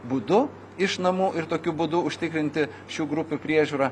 būdu iš namų ir tokiu būdu užtikrinti šių grupių priežiūrą